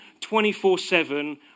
24-7